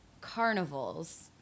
carnivals